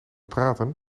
praten